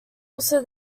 also